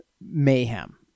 mayhem